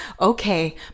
Okay